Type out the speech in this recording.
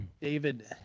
David